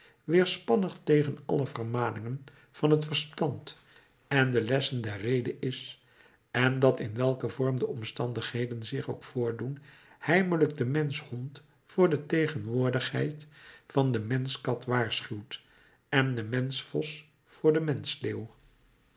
weerspannig tegen alle vermaningen van het verstand en de lessen der rede is en dat in welken vorm de omstandigheden zich ook voordoen heimelijk den mensch hond voor de tegenwoordigheid van de mensch kat waarschuwt en den mensch vos voor den